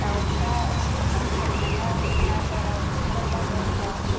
दावफ्रा इसे खम खम मोनो बाजाराव बिस्टिबार बाजारफ्राव